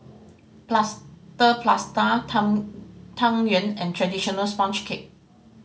Plaster Prata tang Tang Yuen and traditional sponge cake